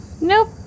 Nope